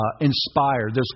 inspired